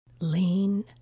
Lean